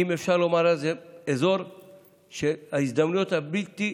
אם אפשר לומר, זה אזור ההזדמנות הבלתי,